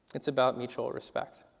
it's about mutual respect.